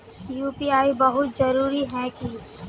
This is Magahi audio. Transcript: यु.पी.आई बहुत जरूरी है की?